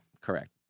correct